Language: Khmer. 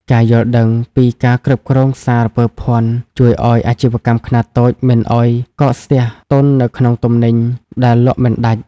ការយល់ដឹងពី "ការគ្រប់គ្រងសារពើភ័ណ្ឌ" ជួយឱ្យអាជីវកម្មខ្នាតតូចមិនឱ្យកកស្ទះទុននៅក្នុងទំនិញដែលលក់មិនដាច់។